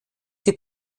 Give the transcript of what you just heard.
die